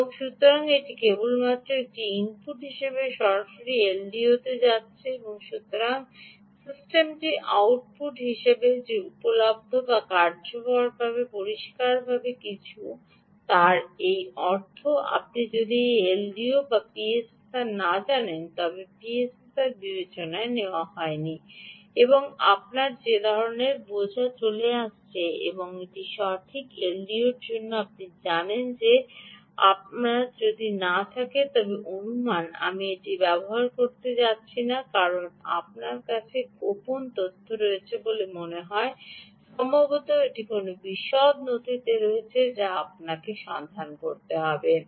এবং সুতরাং এটি কেবলমাত্র একটি ইনপুট হিসাবে সরাসরি এলডিওতে খাওয়ানো হচ্ছে এবং সুতরাং সিস্টেমটি আউটপুট যে উপলব্ধ তা কার্যকরভাবে পরিষ্কার কিন্তু তাই এর অর্থ আপনি যদি এই এলডিওর পিএসএসআর না জানেন তবে পিএসএসআরটি বিবেচনায় নেওয়া হয়নি এবং আপনার যে ধরনের বোঝা চলে আসছে এটি সঠিক এলডিও নয় এখন আপনি জানেন যে আমার যদি না থাকে তবে অনুমান আমি এটি ব্যবহার করতে যাচ্ছি না কারণ তাদের কাছে গোপন তথ্য রয়েছে বলে মনে হয় সম্ভবত এটি কোনও বিশদ নথিতে রয়েছে যা আপনাকে সন্ধান করতে হবে